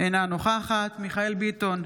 אינה נוכחת מיכאל מרדכי ביטון,